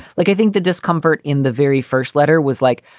like i think the discomfort in the very first letter was like,